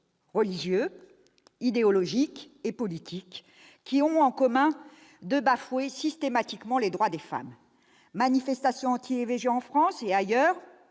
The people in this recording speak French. religieux, idéologiques et politiques qui ont en commun de bafouer systématiquement les droits des femmes : manifestations anti-IVG en France et ailleurs,